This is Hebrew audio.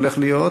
הולך להיות,